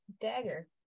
dagger